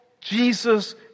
Jesus